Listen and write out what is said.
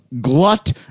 glut